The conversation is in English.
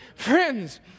Friends